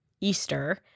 Easter